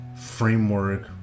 framework